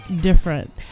different